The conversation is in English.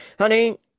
honey